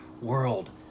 world